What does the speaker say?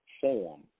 form